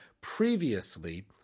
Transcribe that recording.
previously